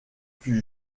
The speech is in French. fut